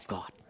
God